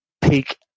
peak